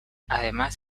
además